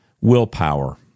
Willpower